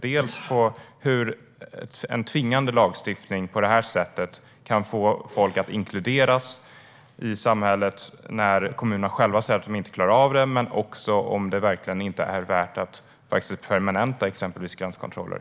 Hur kan en tvingande lagstiftning få folk att inkluderas i samhället när kommunerna själva säger att de inte klarar av det? Är det verkligen inte värt att permanenta exempelvis gränskontroller?